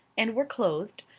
and were clothed,